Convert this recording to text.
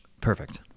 Perfect